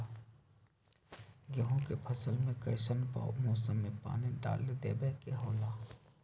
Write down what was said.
गेहूं के फसल में कइसन मौसम में पानी डालें देबे के होला?